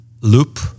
loop